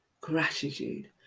gratitude